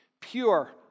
pure